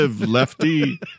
lefty